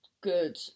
good